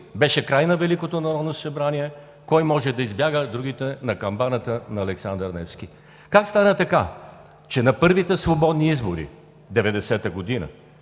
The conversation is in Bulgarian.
Беше краят на Великото народно събрание – кой може да избяга, а другите – на камбаната на „Александър Невски“. Как стана така, че на първите свободни избори – 1990 г., над